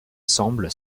semble